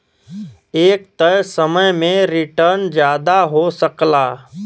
एक तय समय में रीटर्न जादा हो सकला